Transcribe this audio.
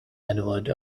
edward